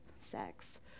sex